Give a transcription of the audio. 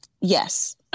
yes